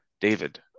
David